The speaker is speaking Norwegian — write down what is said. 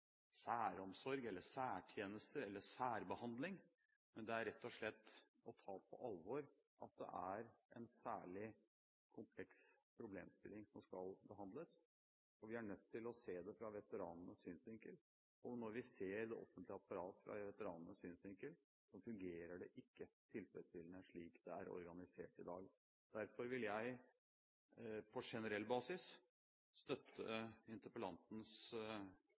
rett og slett å ta på alvor at det er en særlig kompleks problemstilling som skal behandles. Vi er nødt til å se det fra veteranenes synsvinkel, og når vi ser det offentlige apparatet fra veteranenes synsvinkel, fungerer det ikke tilfredsstillende, slik det er organisert i dag. Derfor vil jeg på generell basis